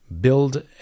build